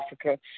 Africa